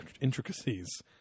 intricacies